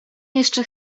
jeszcze